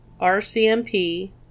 RCMP